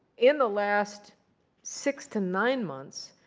in the last six to nine months,